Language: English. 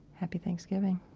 happy thanksgiving